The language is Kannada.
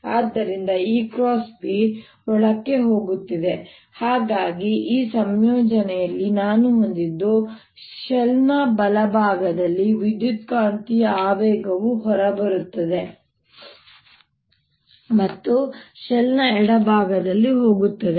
ಆದ್ದರಿಂದ EB ಒಳಗೆ ಹೋಗುತ್ತಿದೆ ಹಾಗಾಗಿ ಈ ಸಂಯೋಜನೆಯಲ್ಲಿ ನಾನು ಹೊಂದಿದ್ದು ಶೆಲ್ನ ಬಲಭಾಗದಲ್ಲಿ ವಿದ್ಯುತ್ಕಾಂತೀಯ ಆವೇಗವು ಹೊರಬರುತ್ತದೆ ಮತ್ತು ಶೆಲ್ ನ ಎಡಭಾಗದಲ್ಲಿ ಹೋಗುತ್ತದೆ